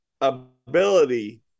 ability